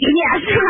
yes